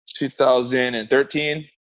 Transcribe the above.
2013